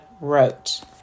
wrote